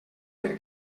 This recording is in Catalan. per